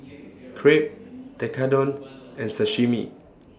Crepe Tekkadon and Sashimi